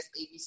ABC